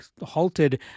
halted